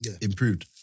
Improved